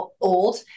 old